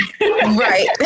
Right